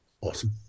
Awesome